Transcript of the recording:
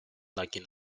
lucky